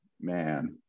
Man